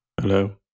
Hello